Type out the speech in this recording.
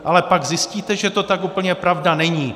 Ale pak zjistíte, že to tak úplně pravda není.